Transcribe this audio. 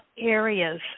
areas